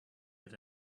had